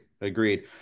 agreed